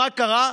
מה קרה?